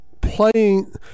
playing